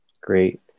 Great